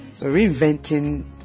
reinventing